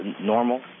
normal